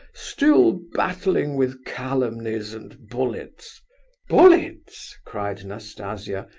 still battling with calumnies and bullets bullets? cried nastasia.